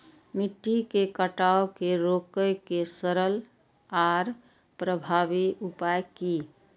मिट्टी के कटाव के रोके के सरल आर प्रभावी उपाय की?